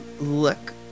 look